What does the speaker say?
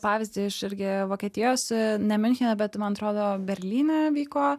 pavyzdį iš irgi vokietijos ne miunchene bet man atrodo berlyne vyko